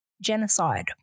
genocide